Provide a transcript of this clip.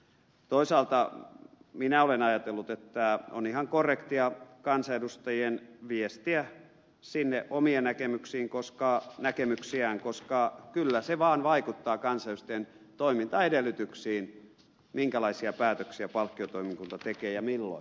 toisaalta minä olen ajatellut että on ihan korrektia kansanedustajien viestiä sinne omia näkemyksiään koska kyllä se vaan vaikuttaa kansanedustajien toimintaedellytyksiin minkälaisia päätöksiä palkkiotoimikunta tekee ja milloin